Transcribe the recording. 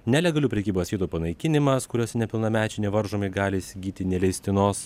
nelegalių prekybos vietų panaikinimas kuriose nepilnamečiai nevaržomi gali įsigyti neleistinos